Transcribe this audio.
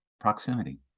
proximity